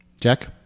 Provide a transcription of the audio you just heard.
Jack